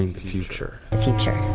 the future. future,